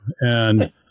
And-